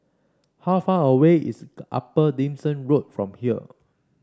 how far away is Upper Dickson Road from here